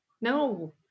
No